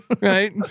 right